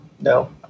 no